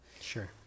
Sure